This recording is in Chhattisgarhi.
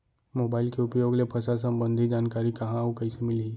मोबाइल के उपयोग ले फसल सम्बन्धी जानकारी कहाँ अऊ कइसे मिलही?